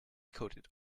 coated